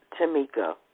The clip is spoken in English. Tamika